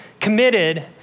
committed